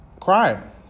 crime